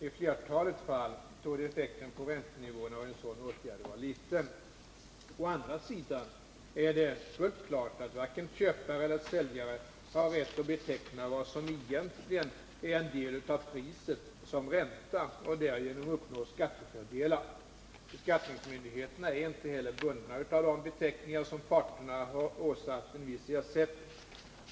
I flertalet fall torde effekten på räntenivån av en sådan åtgärd vara liten. Å andra sidan är det fullt klart att varken köpare eller säljare har rätt att beteckna vad som egentligen är en del av priset som ränta och därigenom uppnå skattefördelar. Beskattningsmyndigheterna är inte heller bundna av de beteckningar som parterna har åsatt en viss ersättning.